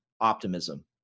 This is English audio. optimism